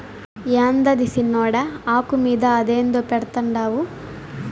యాందది సిన్నోడా, ఆకు మీద అదేందో పెడ్తండావు